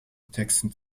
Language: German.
texten